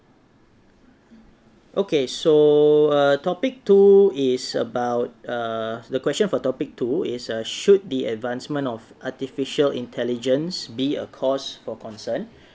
okay so err topic two is about uh the question for topic two is uh should the advancement of artificial intelligence be a cause for concern